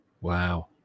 wow